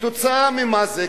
כתוצאה ממה זה?